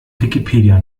wikipedia